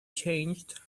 changed